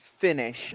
finish